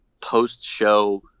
post-show